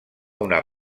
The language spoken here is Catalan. una